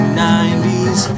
90s